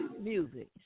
music